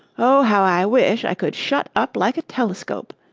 oh, how i wish i could shut up like a telescope!